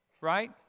Right